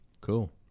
Cool